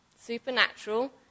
Supernatural